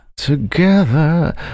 together